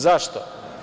Zašto?